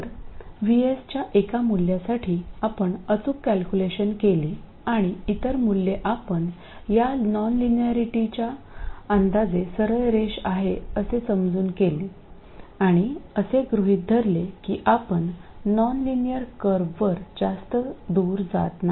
तर VS च्या एका मूल्यासाठी आपण अचूक कॅल्क्युलेशन केली आणि इतर मूल्ये आपण या नॉनलिनियरेटीची अंदाजे सरळ रेष आहे असे समजून केले आणि असे गृहीत धरले की आपण नॉनलिनियर कर्ववर जास्त जात नाही